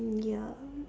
mm ya